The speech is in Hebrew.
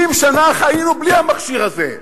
60 שנה חיינו בלי המכשיר הזה.